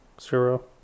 Zero